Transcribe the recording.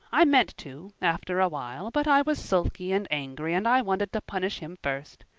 i meant to, after awhile but i was sulky and angry and i wanted to punish him first.